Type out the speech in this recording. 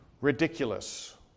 ridiculous